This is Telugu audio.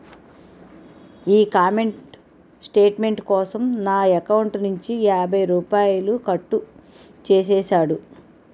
ఈ కామెంట్ స్టేట్మెంట్ కోసం నా ఎకౌంటు నుంచి యాభై రూపాయలు కట్టు చేసేసాడు